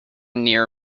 near